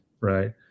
Right